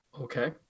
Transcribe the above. Okay